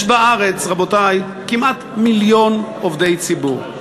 יש בארץ, רבותי, כמעט מיליון עובדי ציבור.